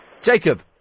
Jacob